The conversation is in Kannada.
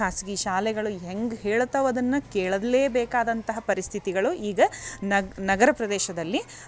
ಖಾಸಗಿ ಶಾಲೆಗಳು ಹೆಂಗೆ ಹೇಳ್ತವೆ ಅದನ್ನು ಕೇಳಲೇಬೇಕಾದಂತಹ ಪರಿಸ್ಥಿತಿಗಳು ಈಗ ನಗ್ ನಗರ ಪ್ರದೇಶದಲ್ಲಿ